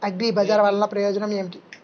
అగ్రిబజార్ వల్లన ప్రయోజనం ఏమిటీ?